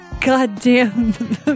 goddamn